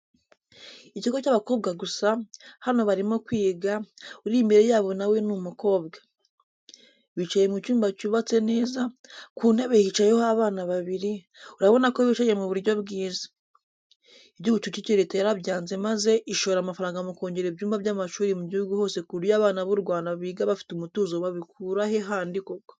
Ikigo cy'abakobwa gusa, hano barimo kwiga, uri imbere yabo na we ni umukobwa. Bicaye mu cyumba cyubatse neza, ku ntebe hicayeho abana babiri, urabona ko bicaye mu buryo bwiza. Iby'ubucucike Leta yarabyanze maze ishora amafaranga mukongera ibyumba by'amashuri mu gihugu hose ku buryo abana b'u Rwanda biga bafite umutuzo wabikurahe handi koko.